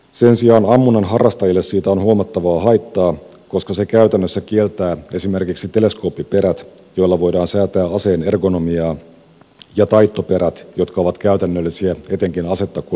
sen sijaan ammunnan harrastajille siitä on huomattavaa haittaa koska se käytännössä kieltää esimerkiksi teleskooppiperät joilla voidaan säätää aseen ergonomiaa ja taittoperät jotka ovat käytännöllisiä etenkin asetta kuljetettaessa